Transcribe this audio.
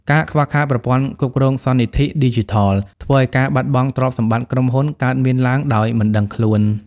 ការខ្វះខាតប្រព័ន្ធគ្រប់គ្រងសន្និធិ ឌីជីថល ធ្វើឱ្យការបាត់បង់ទ្រព្យសម្បត្តិក្រុមហ៊ុនកើតមានឡើងដោយមិនដឹងខ្លួន។